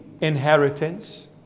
inheritance